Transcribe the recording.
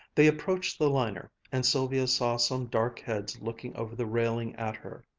they approached the liner, and sylvia saw some dark heads looking over the railing at her.